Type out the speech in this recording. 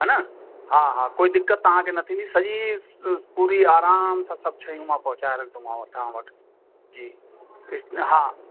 हा न हा हा कोई दिक़त तव्हांखे न थींदी सॼी पूरी आराम सां सभु शयूं मां पहुचाए रखंदोमांव तव्हां वटि जी इस न हा